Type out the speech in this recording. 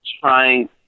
trying